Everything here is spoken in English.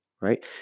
right